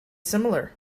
similar